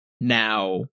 now